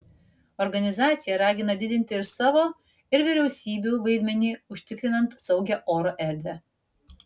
organizacija ragina didinti ir savo ir vyriausybių vaidmenį užtikrinant saugią oro erdvę